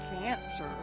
cancer